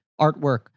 artwork